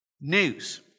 news